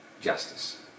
justice